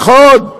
נכון.